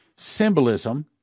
symbolism